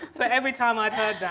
but every time i've heard that,